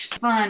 fun